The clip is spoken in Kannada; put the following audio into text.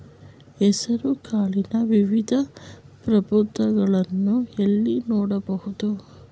ಹೆಸರು ಕಾಳಿನ ವಿವಿಧ ಪ್ರಭೇದಗಳನ್ನು ಎಲ್ಲಿ ನೋಡಬಹುದು?